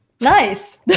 Nice